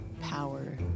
power